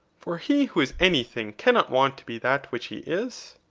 for he who is anything cannot want to be that which he is?